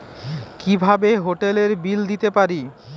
কিভাবে হোটেলের বিল দিতে পারি?